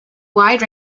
wide